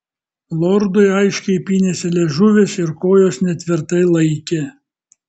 lordui aiškiai pynėsi liežuvis ir kojos netvirtai laikė